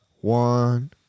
one